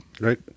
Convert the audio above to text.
Right